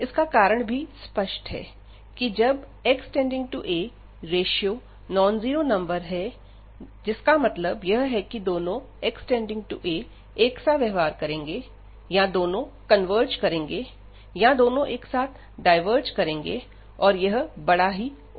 इसका कारण भी स्पष्ट है कि जब x→ aरेशों नॉन जीरो नंबर है जिसका मतलब यह है यह दोनोंx→ a एक सा व्यवहार करेंगे या तो दोनों कन्वर्ज करेंगे या दोनों एक साथ डाइवर्ज करेंगे और यह बड़ा ही उपयोगी परिणाम है